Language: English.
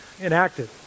enacted